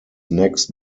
next